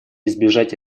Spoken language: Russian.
избежать